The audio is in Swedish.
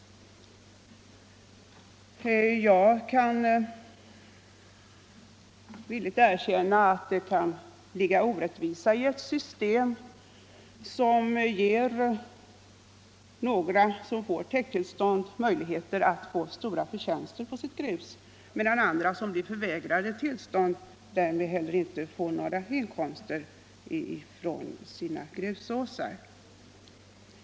Jag skall villigt erkänna att det kan finnas orättvisor i ett system som ger några som får täkttillstånd möjligheter till stora förtjänster på sitt grus, medan andra som blir förvägrade tillstånd därmed inte heller får några inkomster från sina grusåsar.